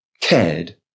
cared